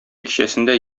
кичәсендә